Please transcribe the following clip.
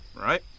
right